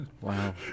Wow